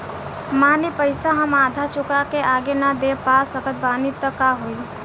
मान ली पईसा हम आधा चुका के आगे न दे पा सकत बानी त का होई?